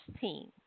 team